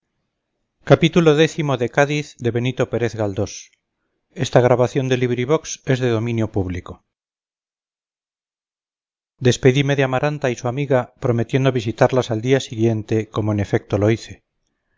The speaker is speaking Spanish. x despedime de amaranta y su amiga prometiendo visitarlas al día siguiente como en efecto lo hice